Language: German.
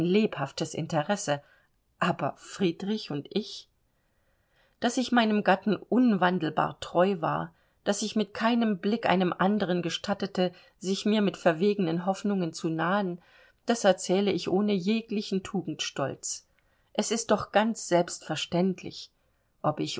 lebhaftes interesse aber friedrich und ich daß ich meinem gatten unwandelbar treu war daß ich mit keinem blick einem anderen gestattete sich mir mit verwegenen hoffnungen zu nahen das erzähle ich ohne jeglichen tugendstolz es ist doch ganz selbstverständlich ob ich